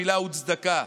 תפילה וצדקה,